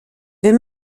wir